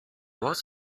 was